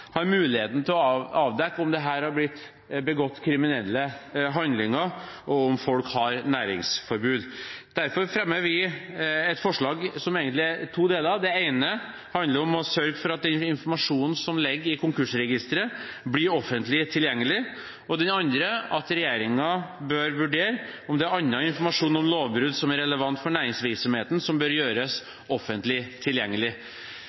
har muligheten til å avdekke om det her har blitt begått kriminelle handlinger, og om folk har næringsforbud. Derfor fremmer vi et forslag som egentlig er i to deler. Den ene delen handler om å sørge for at den informasjonen som ligger i Konkursregisteret, blir offentlig tilgjengelig, og den andre om at regjeringen bør vurdere om det er annen informasjon om lovbrudd som er relevant for næringsvirksomheten, som bør gjøres offentlig tilgjengelig.